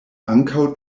ankaŭ